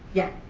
yeah.